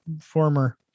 former